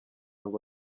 ngo